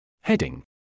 Heading